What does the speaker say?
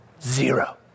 Zero